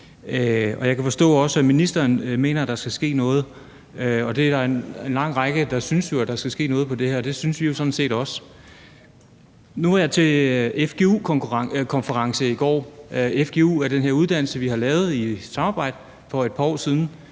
Jeg kan forstå, at også ministeren mener, at der skal ske noget. Der er en lang række, der synes, at der skal ske noget her, og det synes vi jo sådan set også. Nu var jeg til fgu-konference i går. Fgu er den her uddannelse, vi i samarbejde har lavet for et par år siden,